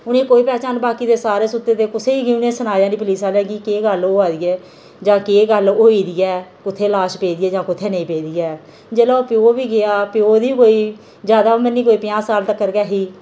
उ'नेंगी कोई पहचान नेईं बाकी दे सारे सुत्ते दे कुसेगी उ'नें सनाया नेईं पुलिस आहलें गी केह् गल्ल होआ दी ऐ जां केह् गल्ल होई दी ऐ कुत्थें लाश पेदी ही जां कुत्थें नेईं पेदी ऐ जिसलै ओह् प्यो बी गेआ प्यो दी बी कोई ज्यादा उमर नेईं कोई पंजाह् साल तकर गै ऐ ही